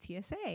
tsa